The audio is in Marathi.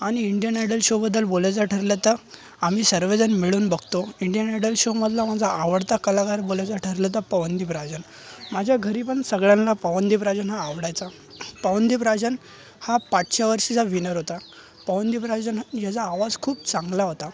आणि इंडियन आयडल शोबद्दल बोलायचं ठरलं त आम्ही सर्वजण मिळून बघतो इंडियन आयडल शोमधला माझा आवडता कलाकार बोलायचं ठरलं तर पवनदीप राजन माझ्या घरी पण सगळ्यांना पवनदीप राजन हा आवडायचा पवनदीप राजन हा पाठच्या वर्षीचा विनर होता पवनदीप राजन याचा आवाज खूप चांगला होता